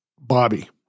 Bobby